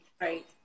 right